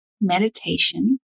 meditation